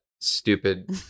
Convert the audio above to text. stupid